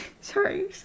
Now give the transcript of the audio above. Sorry